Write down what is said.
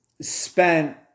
spent